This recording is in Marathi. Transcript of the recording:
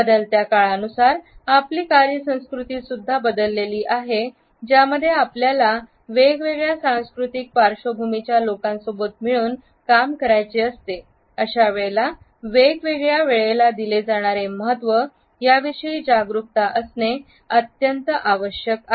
बदलत्या काळानुसार आपली कार्यसंस्कृती सुद्धा बदललेली आहे ज्यामध्ये आपल्याला वेगवेगळ्या सांस्कृतिक पार्श्वभूमीच्या लोकांसोबत मिळून काम करायचे असते अशा वेळेला वेगवेगळ्या वेळेला दिले जाणारे महत्त्व याविषयी जागरूकता असणे अत्यंत आवश्यक आहे